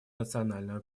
национального